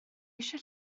eisiau